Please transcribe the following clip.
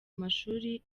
amashuri